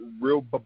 real